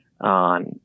on